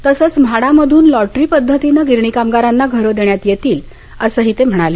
तसंच म्हाडामधूनही लॉटरी पद्धतीनं गिरणी कामगारांना घरं देण्यात येतील असं ते म्हणाले